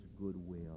goodwill